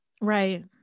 right